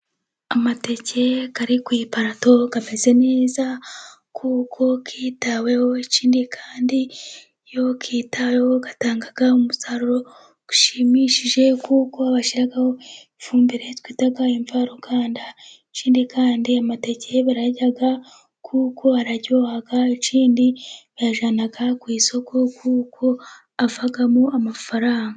Amateke ari ku iparato, ameze neza kuko yihitaweho, ikindi kandi iyo yitaweho, atanga umusaruro ushimishije, kuko bashyiraho ifumbire twita imvaruganda, ikindi kandi amateke barayarya kuko araryoha, ikindi kandi bayajyana ku isoko, kuko avamo amafaranga.